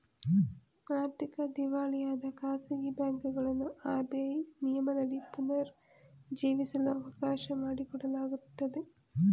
ಆರ್ಥಿಕ ದಿವಾಳಿಯಾದ ಖಾಸಗಿ ಬ್ಯಾಂಕುಗಳನ್ನು ಆರ್.ಬಿ.ಐ ನಿಯಮದಡಿ ಪುನರ್ ಜೀವಿಸಲು ಅವಕಾಶ ಮಾಡಿಕೊಡಲಾಗುತ್ತದೆ